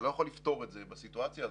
אתה לא יכול לפתור את זה בסיטואציה הזאת,